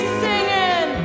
singing